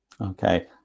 okay